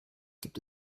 gibt